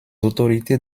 autorités